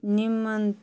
निमन